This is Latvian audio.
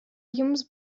jums